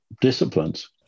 disciplines